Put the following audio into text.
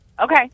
Okay